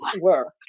work